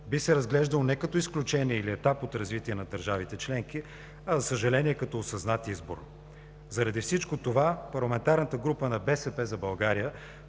би се разглеждало не като изключение или етап от развитие на държавите членки, а, за съжаление, като осъзнат избор. Заради всичко това, парламентарната група на „БСП за България“